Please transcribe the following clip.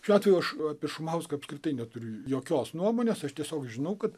šiuo atveju aš apie šumauską apskritai neturiu jokios nuomonės aš tiesiog žinau kad